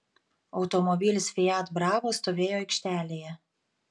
automobilis fiat bravo stovėjo aikštelėje